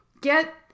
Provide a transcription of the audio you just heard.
get